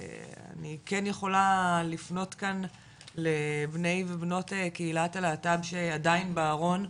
אני כן יכולה לפנות כאן לבני ובנות קהילת הלהט"ב שעדיין בארון,